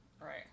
Right